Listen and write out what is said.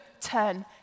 turn